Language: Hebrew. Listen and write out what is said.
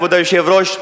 כבוד היושב-ראש,